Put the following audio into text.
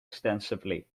extensively